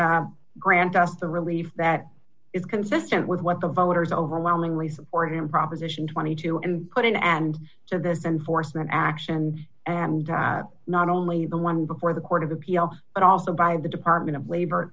grant us the relief that is consistent with what the voters overwhelmingly support and proposition twenty two dollars and put an end to this enforcement action and not only the one before the court of appeal but also by the department of labor